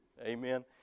Amen